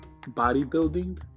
bodybuilding